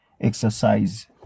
exercise